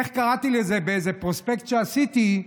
איך קראתי לזה באיזה פרוספקט שעשיתי?